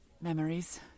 memories